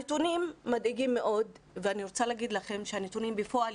הנתונים מדאיגים מאוד ואני רוצה להגיד לכם שהנתונים בפועל,